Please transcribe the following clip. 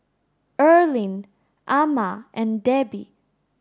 Erling Ama and Debbi